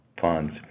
funds